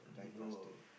no